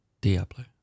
Diablo